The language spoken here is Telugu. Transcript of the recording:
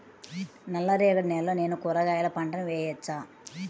నల్ల రేగడి నేలలో నేను కూరగాయల పంటను వేయచ్చా?